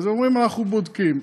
הם אומרים: אנחנו בודקים.